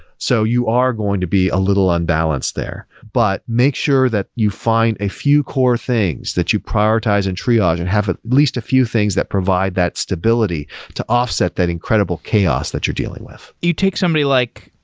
so you are going to be a little unbalanced there. but make sure that you find a few core things that you prioritize in triage and have at least a few things that provide that stability to offset that incredible chaos that you're dealing with. you take somebody like